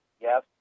yes